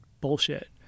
bullshit